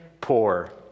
poor